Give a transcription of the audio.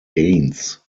gains